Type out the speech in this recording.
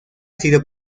sido